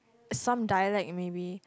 some dialect maybe